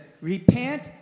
repent